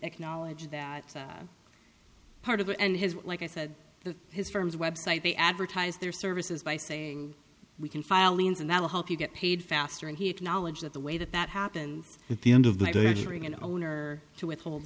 acknowledge that part of it and his like i said that his firm's website they advertise their services by saying we can file liens and that will help you get paid faster and he acknowledged that the way that that happened at the end of the day during an owner to withhold